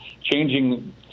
changing